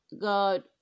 God